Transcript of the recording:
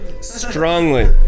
strongly